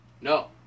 No